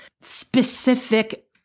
specific